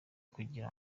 kugira